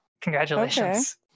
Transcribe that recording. congratulations